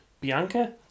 Bianca